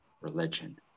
religion